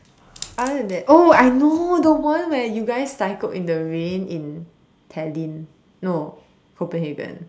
other than that oh I know the one where you guys cycled in the rain in Tallinn no Copenhagen